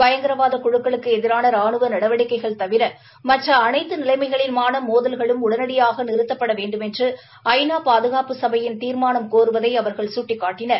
பயங்கரவாத குழுக்களுக்கு எதிராள ரானுவ நடவடிக்கைகள் தவிர மற்ற அனைத்து நிலைமைகளிலாள மோதல்களும் உடனடியாக நிறுத்தப்பட வேண்டுமென்று ஐ நா பாதுகாப்பு சபையின் தீர்மானம் கோருவதை அவர்கள் சுட்டிக்காட்டினர்